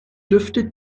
dürfte